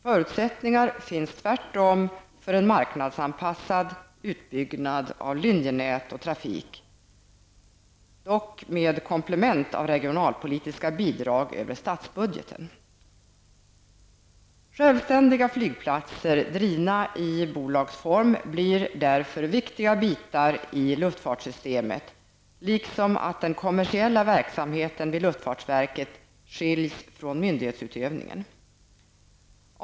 Förutsättningar finns tvärtom för en marknadsanpassad utbyggnad av linjenät, kompletterat med regionalpolitiska bidrag över statsbudgeten. Självständiga flygplatser drivna i bolagsform blir därför viktiga bitar i luftfartssystemet, inom vilket den kommersiella verksamheten vid luftfartsverket förutsätts avskild från myndighetsutövningen.